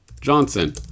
Johnson